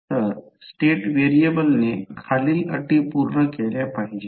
तर स्टेट व्हेरिएबलने खालील अटी पूर्ण केल्या पाहिजेत